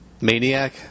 Maniac